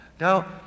Now